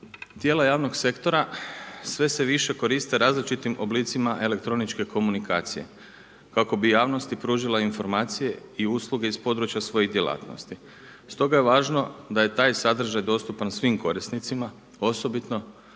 Tijela javnog sektora, sve se više koriste različitim oblicima elektroničke komunikacije, kako bi javnosti pružila informacije i usluga iz područja svojih djelatnosti. Stoga je važno da je taj sadržaj dostupan svim korisnicima, osobito,